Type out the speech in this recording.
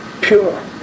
pure